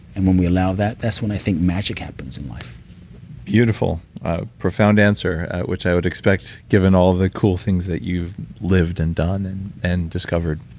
and when we allow that, that's when i think magic happens in life beautiful. a profound answer, which i would expect given all the cool things that you've lived and done and and discovered.